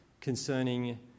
concerning